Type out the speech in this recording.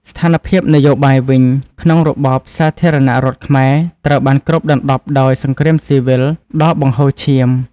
ស្ថានភាពនយោបាយវិញក្នុងរបបសាធារណរដ្ឋខ្មែរត្រូវបានគ្របដណ្ដប់ដោយ សង្គ្រាមស៊ីវិល ដ៏បង្ហូរឈាម។